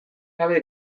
gabe